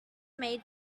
made